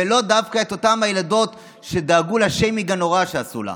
ולא דווקא את אותן ילדות שדאגו לביוש הנורא שעשו לה.